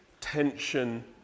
tension